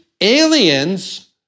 aliens